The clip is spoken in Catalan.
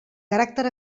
caràcter